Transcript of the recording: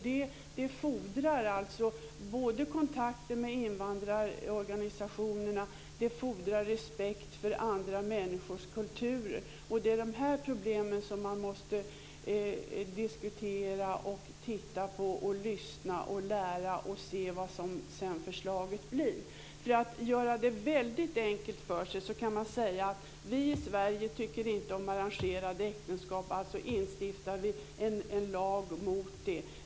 Det fordrar kontakter med invandrarorganisationerna. Det fordrar respekt för andra människors kulturer. Det är de problemen man måste diskutera och titta på. Man måste lyssna och lära och se vad förslaget sedan blir. Vill man göra det väldigt enkelt för sig kan man säga att vi i Sverige inte tycker om arrangerade äktenskap. Alltså instiftar vi en lag mot dem.